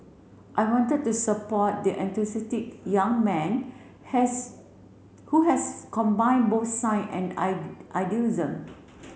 I wanted to support the enthusiastic young man has who has combined both science and I idealism